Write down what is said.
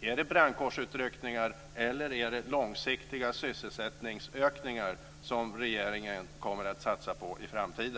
Är det brandkårsutryckningar eller är det långsiktiga sysselsättningsökningar som regeringen kommer att satsa på i framtiden?